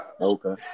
Okay